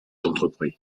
entrepris